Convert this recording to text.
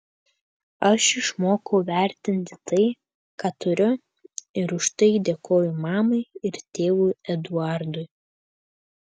aš išmokau vertinti tai ką turiu ir už tai dėkoju mamai ir tėvui eduardui